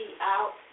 out